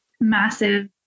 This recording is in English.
massive